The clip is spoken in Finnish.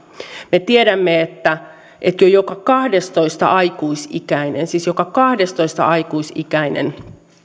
me tiedämme että jo joka kahdennentoista aikuisikäinen siis joka kahdennentoista aikuisikäinen